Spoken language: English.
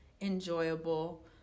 enjoyable